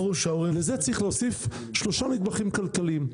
לזה צריכים להוסיף שלושה נדבכים כלכליים,